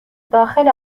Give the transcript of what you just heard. داخل